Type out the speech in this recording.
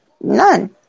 None